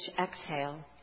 exhale